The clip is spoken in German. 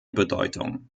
bedeutung